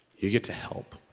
you get to help.